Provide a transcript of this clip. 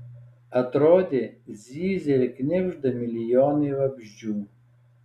atrodė zyzia ir knibžda milijonai vabzdžių